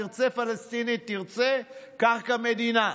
תרצה, פלסטינית, תרצה, קרקע מדינה.